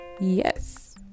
Yes